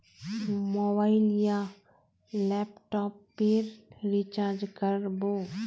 Mobile या laptop पेर recharge कर बो?